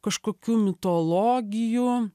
kažkokių mitologijų